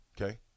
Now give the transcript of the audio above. okay